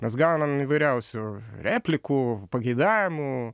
mes gaunam įvairiausių replikų pageidavimų